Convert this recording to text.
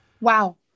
Wow